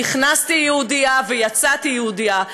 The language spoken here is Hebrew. נכנסתי יהודייה ויצאתי יהודייה.